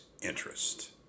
interest